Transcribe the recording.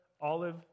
olive